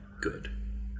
good